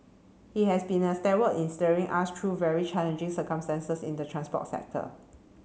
he has been a in steering us through very challenging circumstances in the transport sector